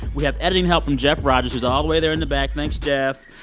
we have editing help from jeff rogers, who's all the way there in the back. thanks, jeff.